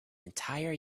entire